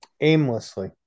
aimlessly